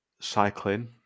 cycling